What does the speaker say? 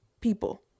people